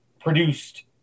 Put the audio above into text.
produced